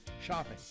shopping